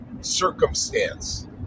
circumstance